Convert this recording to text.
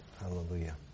Hallelujah